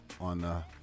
on